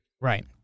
Right